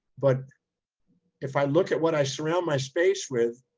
but if i look at what i surround my space with,